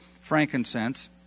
frankincense